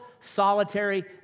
solitary